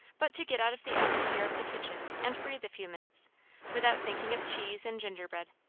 but to get out of the atmosphere of the kitchen and breathe a few minutes without thinking of cheese and gingerbread.